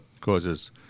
causes